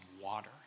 water